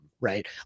right